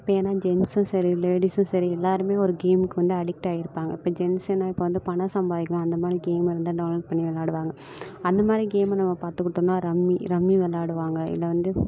இப்போ ஏன்னால் ஜென்ஸ்ஸும் சரி லேடிஸ்ஸும் சரி எல்லோருமே ஒரு கேமுக்கு வந்து அடிக்ட் ஆகிருப்பாங்க இப்போ ஜென்ஸ் என்ன இப்போ வந்து பணம் சம்பாதிக்கணும் அந்தமாதிரி கேம் இருந்தால் டவுண்லோட் பண்ணி விளையாடுவாங்க அந்தமாதிரி கேம் நம்ம பார்த்துக்கிட்டோன்னா ரம்மி ரம்மி விளையாடுவாங்க இல்லை வந்து